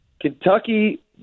Kentucky